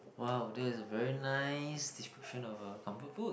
!wah! that is a very nice description of a comfort food